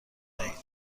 دهید